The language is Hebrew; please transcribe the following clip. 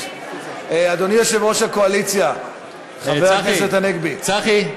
אדוני יושב-ראש הקואליציה, חבר הכנסת הנגבי, צחי,